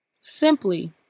Simply